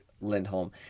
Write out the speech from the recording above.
Lindholm